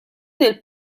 del